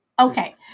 okay